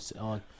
on